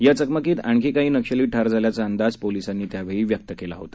या चकमकीत आणखी काही नक्षली ठार झाल्याचा अंदाज पोलिसांनी त्यावेळी व्यक्त केला होता